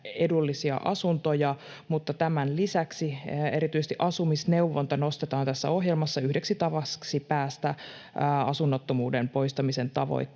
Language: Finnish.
edullisia asuntoja, mutta tämän lisäksi erityisesti asumisneuvonta nostetaan tässä ohjelmassa yhdeksi tavaksi päästä asunnottomuuden poistamisen tavoitteeseen.